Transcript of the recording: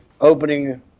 opening